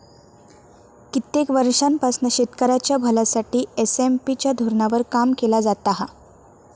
कित्येक वर्षांपासना शेतकऱ्यांच्या भल्यासाठी एस.एम.पी च्या धोरणावर काम केला जाता हा